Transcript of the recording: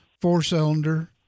four-cylinder